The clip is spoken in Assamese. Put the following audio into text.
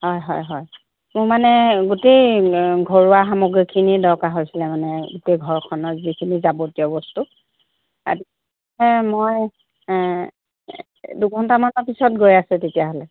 হয় হয় হয় মোৰ মানে গোটেই ঘৰুৱা সামগ্ৰীখিনি দৰকাৰ হৈছিলে মানে গোটেই ঘৰখনৰ যিখিনি যাবতীয় বস্তু মই দুঘণ্টামানৰ পিছত গৈ আছে তেতিয়াহ'লে